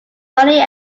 money